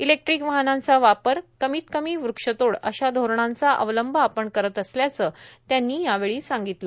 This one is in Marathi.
इलेक्ट्रीक वाहनांचा वापर कमीत कमी वृक्ष तोड अशा धोरणांचा अवलंब आपण करत असल्याचं त्यांनी यावेळी सांगितलं